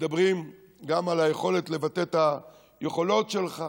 מדברים גם על היכולת לבטא את היכולות שלך,